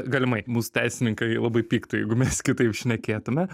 galimai mūsų teisininkai labai pyktų jeigu mes kitaip šnekėtume